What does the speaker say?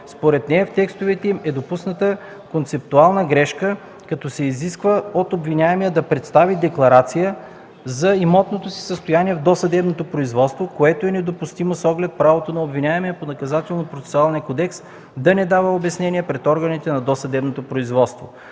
Според нея в текстовете им е допусната концептуална грешка, като се изисква от обвиняемия да представя декларация за имотното си състояние в досъдебното производство, което е недопустимо с оглед правото на обвиняемия по Наказателно-процесуалния кодекс да не дава обяснения пред органите на досъдебното производство.